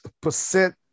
percent